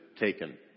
taken